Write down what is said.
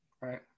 Right